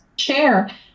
chair